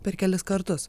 per kelis kartus